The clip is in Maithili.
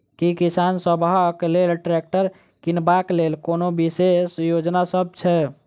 की किसान सबहक लेल ट्रैक्टर किनबाक लेल कोनो विशेष योजना सब छै?